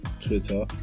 Twitter